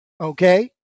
okay